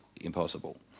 impossible